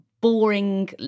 boring